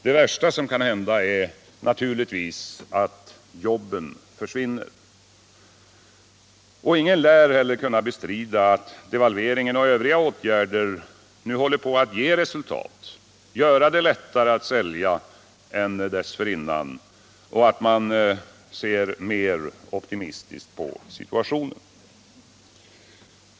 Det värsta som kan hända är naturligtvis att jobben försvinner. Ingen lär heller kunna bestrida att devalveringen och övriga åtgärder nu håller på att ge resultat: det blir lättare att sälja, och man ser mera optimistiskt på situationen.